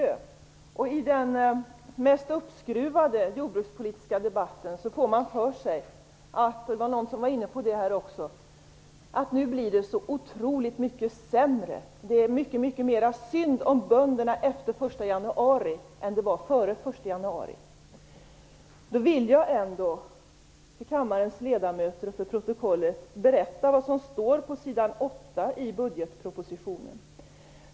När man lyssnar på den mest uppskruvade jordbrukspolitiska debatten får man för sig - det var någon som var inne på det här också - att det blir så otroligt mycket sämre nu. Det är mycket mera synd om bönderna efter den första januari än det var före den första januari. Jag vill ändå för kammarens ledamöter och för protokollet berätta vad som står på s. 8 i budgetpropositionen.